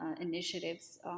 initiatives